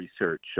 research